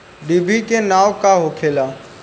डिभी के नाव का होखेला?